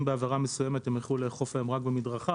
אם בעבירה מסוימת הם יכלו לאכוף היום רק במדרכה,